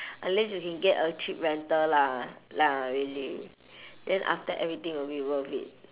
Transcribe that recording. unless you can get a cheap renter lah lah really then after everything will be worth it